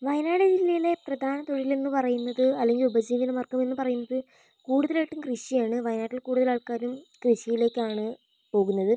വയനാട് ജില്ലയിലെ പ്രധാന തൊഴിലെന്ന് പറയുന്നത് അല്ലെങ്കിൽ ഉപജീവനമാർഗ്ഗമെന്ന് പറയുന്നത് കൂടുതലായിട്ടും കൃഷിയാണ് വയനാട്ടിൽ കൂടുതലാൾക്കാരും കൃഷിയിലേക്കാണ് പോകുന്നത്